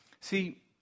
see